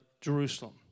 Jerusalem